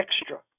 extra